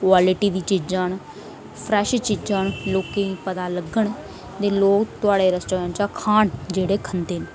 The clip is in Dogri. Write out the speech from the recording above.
क्बालिटी दी चीजां न फ्रैश चीजां न लोकें गी पता लग्गन ते लोक थुआढ़े रेस्ट्रोरेंट च खान जेह्ड़े खंदे न